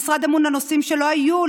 המשרד ממונה על הנושאים שלא היו,